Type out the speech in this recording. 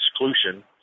exclusion